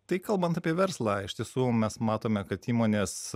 tai kalbant apie verslą iš tiesų mes matome kad įmonės